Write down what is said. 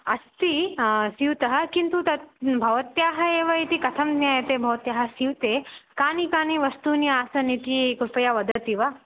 अस्ति स्यूतः किन्तु तत् भवत्याः एव इति कथं ज्ञायते भवत्याः स्यूते कानि कानि वस्तूनि आसन् इति कृपया वदति वा